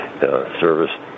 service